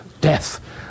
death